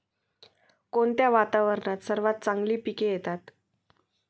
कोणत्या वातावरणात सर्वात चांगली पिके येतात?